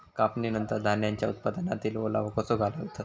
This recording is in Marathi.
कापणीनंतर धान्यांचो उत्पादनातील ओलावो कसो घालवतत?